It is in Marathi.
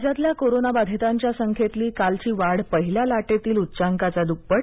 राज्यातल्या कोरोनाबाधितांच्या संख्येतली कालची वाढ पहिल्या लाटेतील उच्चांकाच्या द्प्पट